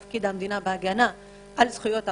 תפקיד המדינה בהגנה על זכויות העובדים,